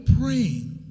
praying